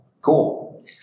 cool